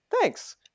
thanks